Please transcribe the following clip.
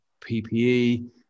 PPE